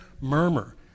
murmur